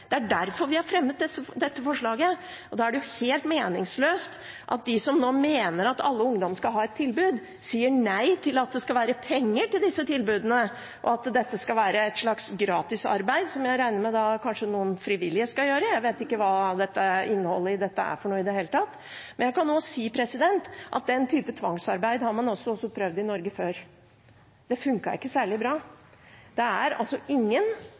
det er derfor vi har fremmet dette forslaget – er det helt meningsløst at de som nå mener at alle ungdommer skal ha et tilbud, sier nei til at det skal være penger til disse tilbudene, at dette skal være et slags gratisarbeid, som jeg regner med at noen frivillige kanskje skal gjøre. Jeg vet ikke hva innholdet i dette er i det hele tatt, men jeg kan si at den typen tvangsarbeid har man prøvd i Norge før. Det funket ikke særlig bra. Det er ingen